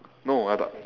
no I do~